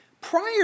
Prior